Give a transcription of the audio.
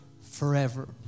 Forever